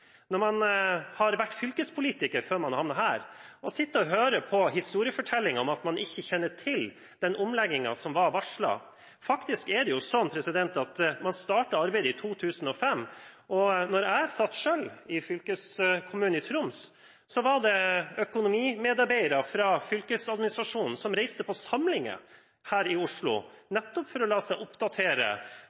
når man har vært fylkespolitiker før man havnet her, å sitte og høre på en historiefortelling om at man ikke kjenner til den omleggingen som var varslet. Man startet jo faktisk arbeidet i 2005, og da jeg selv satt i fylkeskommunen i Troms, var det økonomimedarbeidere fra fylkesadministrasjonen som reiste på samlinger her i Oslo, nettopp for å la seg oppdatere